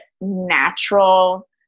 natural